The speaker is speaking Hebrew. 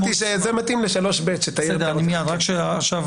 זה רק מי שהלך